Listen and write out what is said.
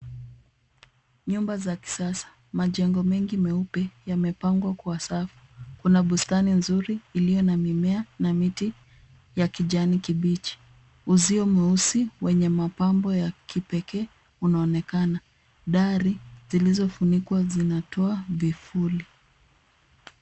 Nyumba za kisasa. Majengo mengi meupe yamepangwa kwa safu. Kuna bustani nzuri iliyo na mimea na miti ya kijani kibichi. Uzio mweusi wenye mapambo ya kipekee unaonekana. Dari zilizofunikwa zinatoa vivuli.